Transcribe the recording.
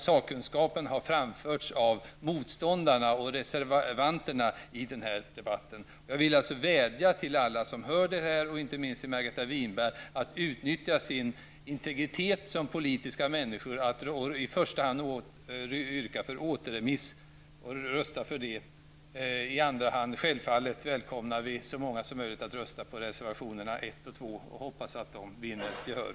Sakkunskapen har framförts av motståndarna och reservanterna i debatten. Jag vill vädja till alla som hör detta, inte minst till Margareta Winberg, att utnyttja sin integritet som politiska människor att i första hand yrka för återremiss och rösta för det. I andra hand välkomnar vi så många som möjligt att rösta på reservationerna 1 och 2. Jag hoppas att de vinner gehör.